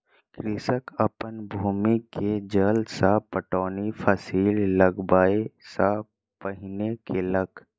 कृषक अपन भूमि के जल सॅ पटौनी फसिल लगबअ सॅ पहिने केलक